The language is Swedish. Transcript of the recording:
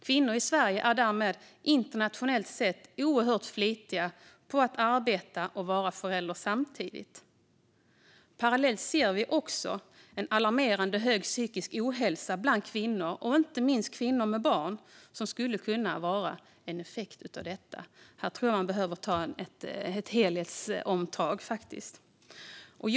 Kvinnor i Sverige är därmed internationellt sett oerhört flitiga när det gäller att arbeta och vara föräldrar samtidigt. Parallellt ser vi också en alarmerande hög psykisk ohälsa bland kvinnor, inte minst kvinnor med barn, som skulle kunna vara en effekt av detta. Här tror jag faktiskt att man behöver ta ett helhetsomtag.